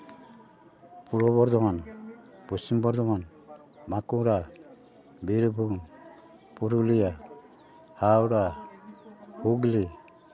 Purba Bardhaman Paschim Bardhaman Bankura Birbhum Purulia Howrah Hooghly